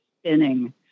spinning